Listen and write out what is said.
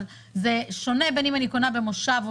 אבל זה שונה בין אם אני קונה במושב או